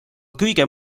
kõige